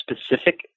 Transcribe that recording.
specific